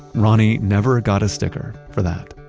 ronnie never got a sticker for that